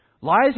Lies